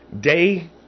day